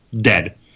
dead